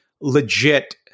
legit